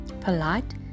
polite